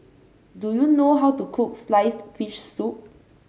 do you know how to cook sliced fish soup